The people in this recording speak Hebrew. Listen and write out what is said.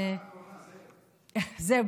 אבל הארכה אחרונה, זהו.